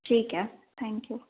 ठीक है thank you